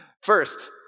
First